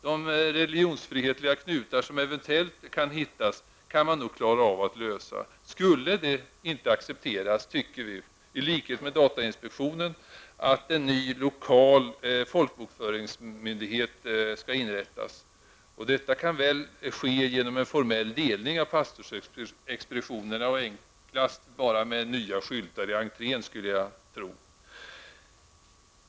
De religionsfrihetliga knutar som eventuellt kan hittas kan man nog klara av att lösa. Skulle detta inte accepteras tycker vi, i likhet med datainspektionen, att en ny lokal folkbokföringsmyndighet skall inrättas. Detta kan väl ske genom en formell delning av pastorsexpeditionerna och enklast bara med nya skyltar i entrén, skulle jag tro.